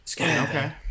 Okay